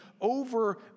over